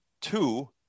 two